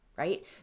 right